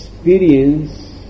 Experience